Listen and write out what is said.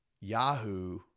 Yahoo